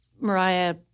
Mariah